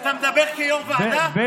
אתה מדבר כיו"ר ועדה?